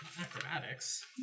Acrobatics